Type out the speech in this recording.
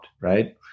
right